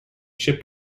ship